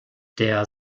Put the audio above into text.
der